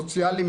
סוציאליים,